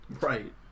Right